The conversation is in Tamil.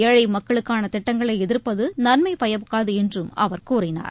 ஏழை மக்களுக்கான திட்டங்களை எதிர்ப்பது நன்மை பயக்காது என்றும் அவர் கூறினார்